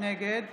נגד